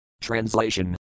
Translation